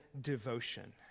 devotion